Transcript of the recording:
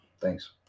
Thanks